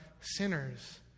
sinners